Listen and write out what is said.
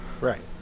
Right